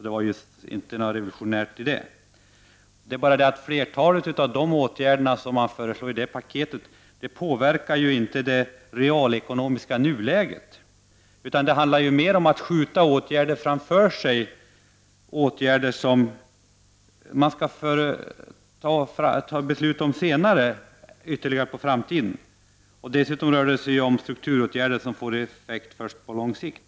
Det var just ingenting revolutionärt. Flertalet av de åtgärder som föreslås i paketet påverkar inte det realekonomiska nuläget utan handlar om att skjuta beslut om åtgärder som skall fattas senare ytterligare på framtiden. Dessutom rör det sig om strukturåtgärder som får effekt först på lång sikt.